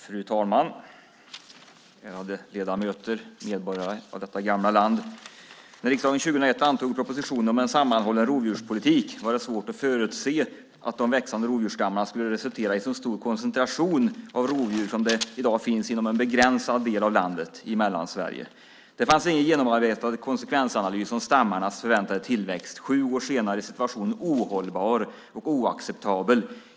Fru talman! Ärade ledamöter, medborgare i detta gamla land! När riksdagen 2001 antog propositionen En sammanhållen rovdjurspolitik var det svårt att förutse att de växande rovdjursstammarna skulle resultera i en så stor koncentration av rovdjur som det i dag finns inom en begränsad del av landet, i Mellansverige. Det fanns ingen genomarbetad konsekvensanalys av stammarnas förväntade tillväxt. Sju år senare är situationen ohållbar och oacceptabel.